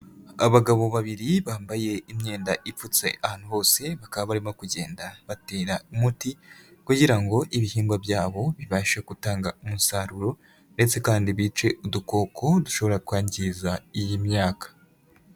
Abagabo babiri bambaye imyenda ipfutse ahantu hose, bakaba barimo kugenda batera umuti kugira ngo ibihingwa byabo bibashe gutanga umusaruro ndetse kandi bice udukoko dushobora kwangiza iyi myaka.